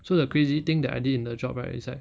so the crazy thing that I did in the job right it's like